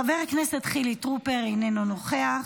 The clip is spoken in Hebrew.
חבר הכנסת חילי טרופר, אינו נוכח.